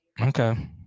Okay